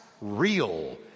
real